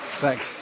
Thanks